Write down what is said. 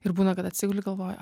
ir būna kad atsiguli galvoji